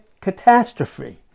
catastrophe